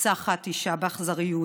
נרצחת אישה באכזריות.